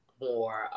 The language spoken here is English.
more